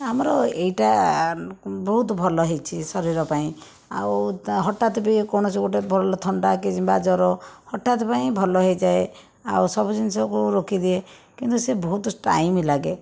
ଆମର ଏଇଟା ବହୁତ ଭଲ ହୋଇଛି ଶରୀର ପାଇଁ ଆଉ ହଠାତ ବି କୌଣସି ଗୋଟିଏ ଥଣ୍ଡା କିମ୍ବା ଜର ହଠାତ ପାଇଁ ଭଲ ହୋଇଯାଏ ଆଉ ସବୁ ଜିନିଷକୁ ରୋକିଦିଏ କିନ୍ତୁ ସେ ବହୁତ ଟାଇମ ଲାଗେ